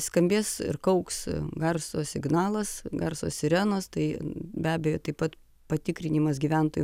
skambės ir kauks garso signalas garso sirenos tai be abejo taip pat patikrinimas gyventojų